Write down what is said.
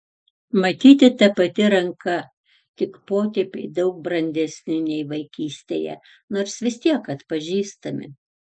matyti ta pati ranka tik potėpiai daug brandesni nei vaikystėje nors vis tiek atpažįstami